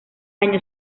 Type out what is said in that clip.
año